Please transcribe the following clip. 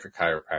chiropractor